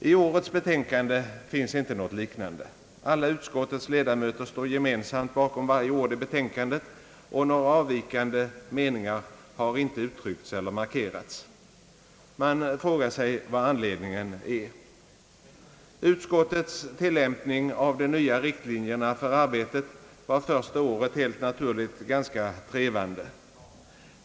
I årets betänkande finns inte något liknande. Alla utskottets ledamöter står gemensamt bakom varje ord i betänkandet, och några avvikande meningar har inte uttryckts eller markerats. Man frågar sig vad anledningen är. Utskottets tillämpning av de nya riktlinjerna för arbetet var det första året helt naturligt ganska trevande.